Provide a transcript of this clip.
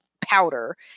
powder